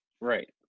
Right